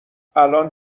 الان